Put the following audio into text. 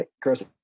Chris